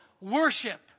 worship